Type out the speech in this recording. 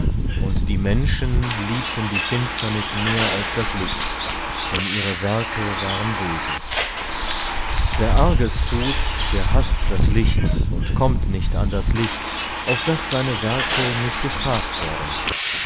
und die menschen liebten die finsternis mehr als das licht denn ihre werke waren böse wer arges tut der haßt das licht und kommt nicht an das licht auf daß seine werke nicht gestraft werden